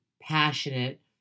passionate